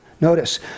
Notice